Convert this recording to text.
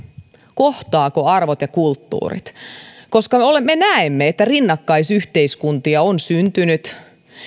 kohtaavatko arvot ja kulttuurit koska me näemme että rinnakkaisyhteiskuntia on syntynyt